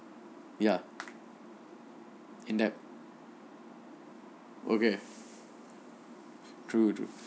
ya in debt okay true true